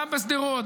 גם בשדרות,